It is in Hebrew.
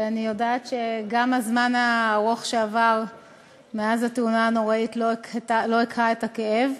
ואני יודעת שגם הזמן הארוך שעבר מאז התאונה הנוראית לא הקהה את הכאב,